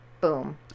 boom